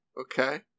Okay